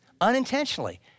unintentionally